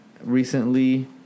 Recently